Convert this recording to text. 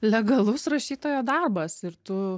legalus rašytojo darbas ir tu